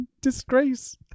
Disgrace